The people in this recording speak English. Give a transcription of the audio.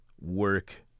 work